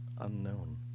unknown